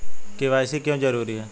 KYC क्यों जरूरी है?